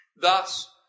Thus